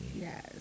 Yes